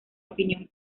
opinión